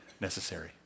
necessary